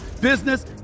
business